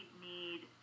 need